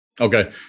okay